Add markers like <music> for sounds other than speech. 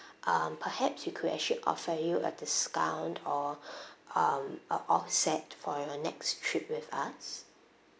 um perhaps we could actually offer you a discount or <breath> um or offset for your next trip with us